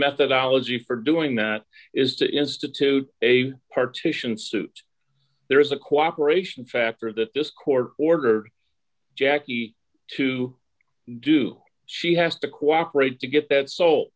methodology for doing that is to institute a partition suit there is a cooperation factor that this court ordered jackie to do she has to cooperate to get that so